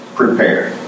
prepared